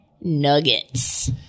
Nuggets